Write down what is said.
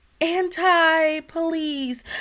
anti-police